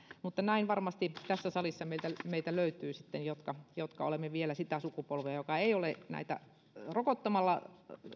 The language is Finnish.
varmasti tässä salissa löytyy meitä jotka olemme vielä sitä sukupolvea joka ei ole rokottamalla